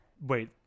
Wait